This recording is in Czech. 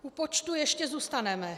U počtů ještě zůstaneme.